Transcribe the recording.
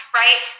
right